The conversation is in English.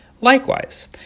Likewise